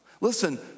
Listen